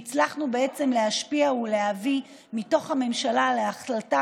והצלחנו בעצם להשפיע ולהביא מתוך הממשלה להחלטה